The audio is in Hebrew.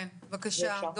בבקשה.